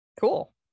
Cool